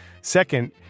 Second